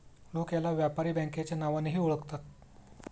लोक याला व्यापारी बँकेच्या नावानेही ओळखतात